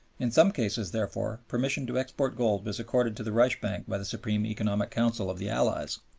in some cases, therefore, permission to export gold was accorded to the reichsbank by the supreme economic council of the allies.